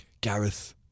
Gareth